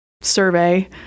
survey